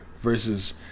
versus